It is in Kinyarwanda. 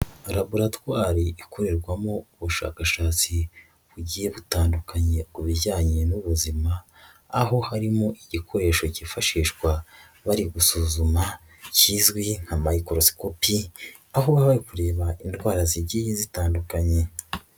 Laburatwari ikorerwamo ubushakashatsi bugiye butandukanye ku bijyanye n'ubuzima aho harimo igikoresho kifashishwa bari gusuzuma kizwi nka microscopi aho ba kureba indwara zigiye zitandukanye.